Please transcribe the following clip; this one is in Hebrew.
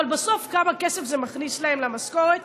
אבל בסוף כמה כסף זה מכניס להן למשכורת,